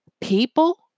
people